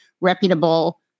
reputable